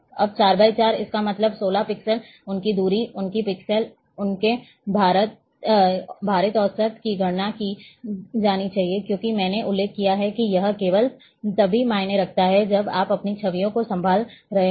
अब 4 × 4 इसका मतलब है 16 पिक्सेल उनकी दूरी उनके पिक्सेल उनके भारित औसत की गणना की जानी चाहिए क्योंकि मैंने उल्लेख किया है कि यह केवल तभी मायने रखता है जब आप अपनी छवियों को संभाल रहे हों